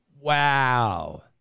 Wow